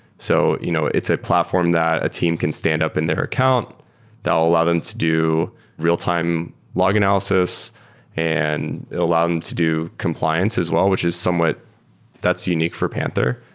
so you know it's a platform that a team can standup in their account that will allow them to do real-time log analysis and allow them to do compliance as well, which is somewhat that's unique for panther.